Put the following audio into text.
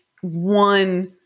one